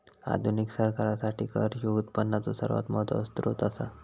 आधुनिक सरकारासाठी कर ह्यो उत्पनाचो सर्वात महत्वाचो सोत्र असा